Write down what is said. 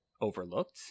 overlooked